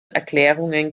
erklärungen